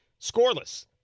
Scoreless